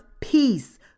peace